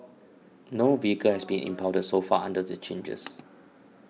no vehicle has been impounded so far under the changes